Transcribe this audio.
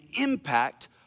impact